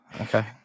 Okay